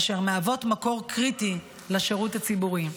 אשר מהוות מקור קריטי לשירות הציבורי.